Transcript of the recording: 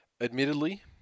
Admittedly